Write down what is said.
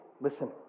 Listen